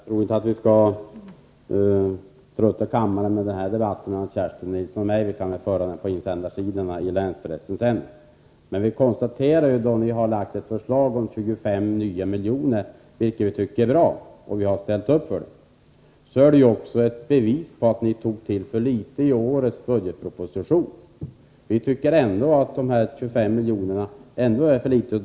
Herr talman! Jag tror inte att vi skall trötta kammaren med den här debatten mellan Kerstin Nilsson och mig. Vi kan väl föra den på insändarsidorna i länspressen sedan. Vi tycker att det är bra att ni har lagt fram ett förslag om 25 nya miljoner, och vi har ställt upp för det. Men vi konstaterar samtidigt att det är ett bevis för att ni tog till för litet i årets budgetproposition, och vi tycker att dessa 25 miljoner ändå är för litet.